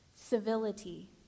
Civility